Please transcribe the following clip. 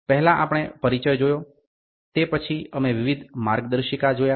પહેલા આપણે પરિચય જોયો તે પછી અમે વિવિધ માર્ગદર્શિકા જોયા